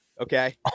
Okay